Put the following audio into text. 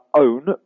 own